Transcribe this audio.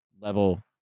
level